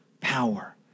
power